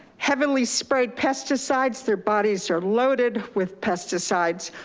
heavily sprayed pesticides. their bodies are loaded with pesticides,